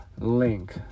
link